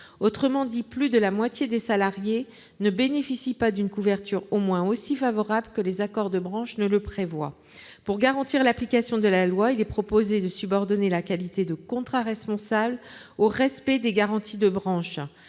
Autrement dit, plus de la moitié des salariés ne bénéficient pas d'une couverture au moins aussi favorable que les accords de branche le prévoient. Pour garantir l'application de la loi, il est proposé de subordonner la qualité de « contrat responsable » au respect des garanties de branche.